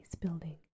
building